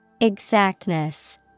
Exactness